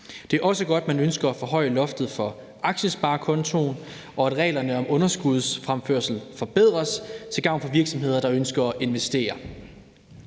Det er også godt, at man ønsker at forhøje loftet for aktiesparekontoen, og at reglerne om underskudsfremførsel forbedres til gavn for virksomheder, der ønsker at investere.